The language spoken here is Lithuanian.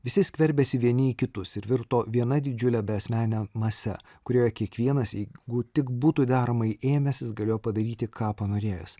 visi skverbėsi vieni kitus ir virto viena didžiule beasmene mase kurioje kiekvienas jeigu tik būtų deramai ėmęsis galėjo padaryti ką panorėjęs